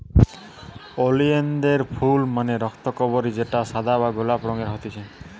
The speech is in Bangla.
ওলিয়ানদের ফুল মানে রক্তকরবী যেটা সাদা বা গোলাপি রঙের হতিছে